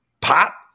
pop